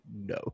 No